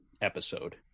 episode